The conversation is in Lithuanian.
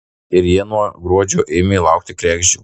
ir jie nuo gruodžio ėmė laukti kregždžių